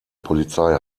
polizei